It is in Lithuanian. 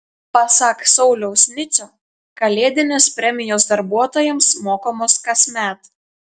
pasak sauliaus nicio kalėdinės premijos darbuotojams mokamos kasmet